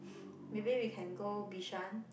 maybe we can go Bishan